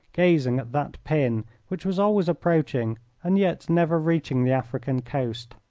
gazing at that pin, which was always approaching and yet never reaching the african coast.